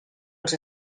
els